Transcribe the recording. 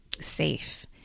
safe